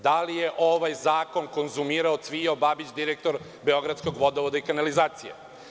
Da li je ovaj zakon konzumirao Cvijo Babić, direktor „Beogradskog vodovoda i kanalizacije“